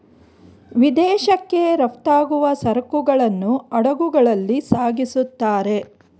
ವಿದೇಶಕ್ಕೆ ರಫ್ತಾಗುವ ಸರಕುಗಳನ್ನು ಹಡಗುಗಳಲ್ಲಿ ಸಾಗಿಸುತ್ತಾರೆ